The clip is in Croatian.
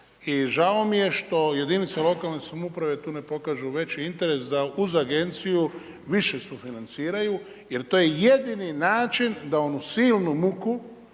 i žao mi je što jedinice lokalne samouprave tu ne pokažu veći interes da uz agenciju više sufinanciraju jer to je jedini način da onu silnu muku